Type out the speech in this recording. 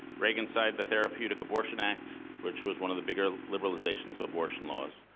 reagan signed the therapeutic abortion act, which was one of the bigger liberalizations of abortion laws.